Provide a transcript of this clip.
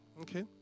okay